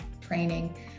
training